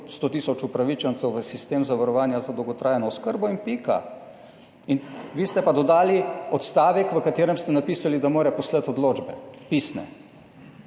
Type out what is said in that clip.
100 tisoč upravičencev v sistem zavarovanja za dolgotrajno oskrbo in pika. In vi ste pa dodali odstavek v katerem ste napisali, da mora poslati odločbe, pisne.